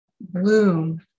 bloom